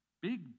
big